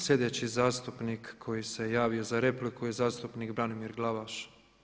Sljedeći zastupnik koji se javio za repliku je zastupnik Branimir Glavaš.